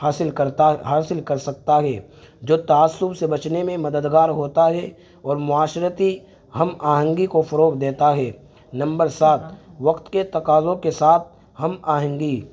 حاصل کرتا حاصل کر سکتا ہے جو تعصب سے بچنے میں مددگار ہوتا ہے اور معاشرتی ہم آہنگی کو فروغ دیتا ہے نمبر سات وقت کے تقاضوں کے ساتھ ہم آہنگی